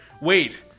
Wait